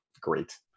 great